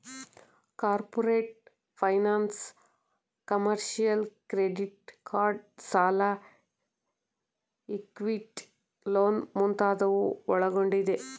corporate finance, commercial, credit card ಸಾಲ, equity loans ಮುಂತಾದವು ಒಳಗೊಂಡಿದೆ